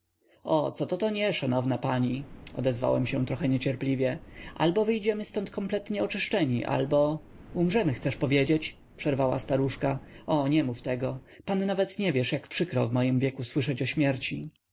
o co to to nie szanowna pani odezwałem się trochę niecierpliwie albo wyjdziemy ztąd kompletnie oczyszczeni albo umrzemy chcesz powiedzieć przerwała staruszka o nie mów tego pan nawet nie wiesz jak przykro w moim wieku słyszeć o śmierci